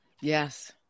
Yes